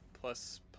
Plus